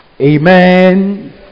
Amen